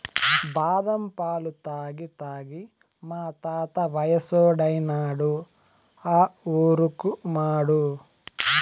బాదం పాలు తాగి తాగి మా తాత వయసోడైనాడు ఆ ఊరుకుమాడు